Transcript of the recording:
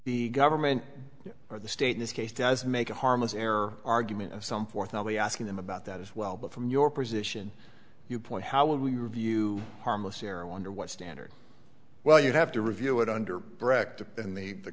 the government or the state in this case does make a harmless error argument of some four thousand a asking him about that as well but from your position you point how would we review harmless error i wonder what standard well you'd have to review it under